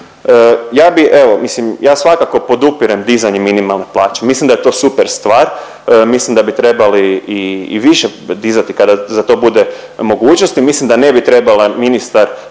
ja svakako podupirem dizanje minimalne plaće, mislim da je to super stvar, mislim da bi trebali i više dizati kada za to bude mogućnosti, mislim da ne bi trebali ministar